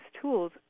tools